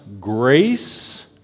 grace